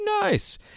nice